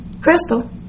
Crystal